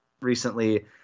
recently